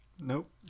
Nope